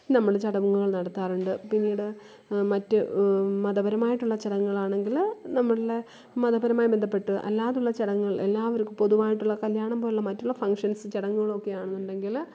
നമ്മൾ ചടങ്ങുകള് നടത്താറുണ്ട് പിന്നീട് മറ്റ് മതപരമായിട്ടുള്ള ചടങ്ങുകളാണെങ്കിൽ നമ്മളുടെ മതപരമായി ബന്ധപ്പെട്ട് അല്ലാതുള്ള ചടങ്ങുകള് എല്ലാവര്ക്കും പൊതുവായിട്ടുള്ള കല്ല്യാണം പോലെയുള്ള മറ്റുള്ള ഫങ്ങ്ഷന്സ് ചടങ്ങുകളുമൊക്കെ ആണെന്നുണ്ടെങ്കിൽ